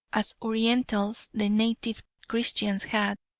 as orientals the native christians had,